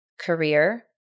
career